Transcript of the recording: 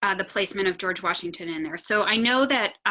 and the placement of george washington in there. so i know that